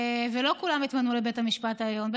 ולא כולם התמנו לבית המשפט העליון.